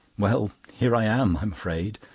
well, here i am, i'm afraid,